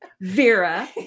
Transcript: Vera